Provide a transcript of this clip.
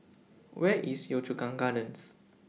Where IS Yio Chu Kang Gardens